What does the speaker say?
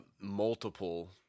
multiple